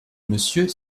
monsieur